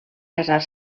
casar